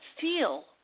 feel